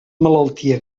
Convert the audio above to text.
malaltia